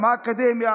גם האקדמיה,